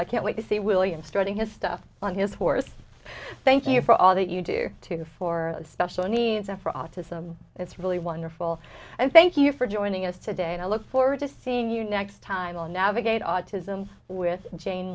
i can't wait to see william strutting his stuff on his horse thank you for all that you do too for special needs and for autism it's really wonderful and thank you for joining us today and i look forward to seeing you next time we'll navigate